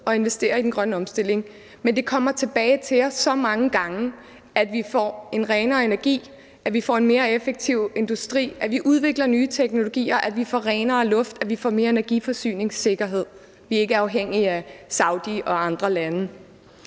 at investere i den grønne omstilling, men det kommer tilbage til os så mange gange, at vi får en renere energi, at vi får en mere effektiv industri, at vi udvikler nye teknologier, at vi får renere luft, at vi får mere energiforsyningssikkerhed, så vi ikke er afhængige af Saudi-Arabien og andre lande.